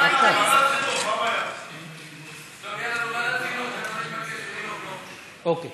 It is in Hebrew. אני רוצה